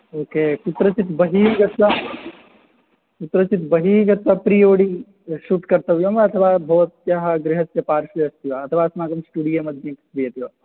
okay कुत्रचित् बहिः गत्वा कुत्रचित् बहिः गत्वा प्रि ओडि शूट् कर्तव्यं वा अथवा भवत्याः गृहस्य पार्श्वे अस्ति वा अथवा अस्माकं स्टुडियो मध्ये क्रियते वा